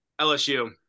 LSU